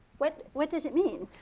what what does it mean?